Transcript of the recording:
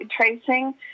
tracing